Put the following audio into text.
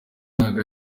ntabwo